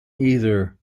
either